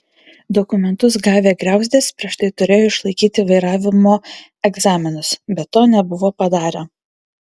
dokumentus gavę griauzdės prieš tai turėjo išlaikyti vairavimo egzaminus bet to nebuvo padarę